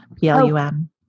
P-L-U-M